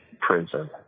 prison